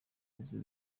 nzu